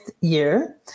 year